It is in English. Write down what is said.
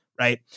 Right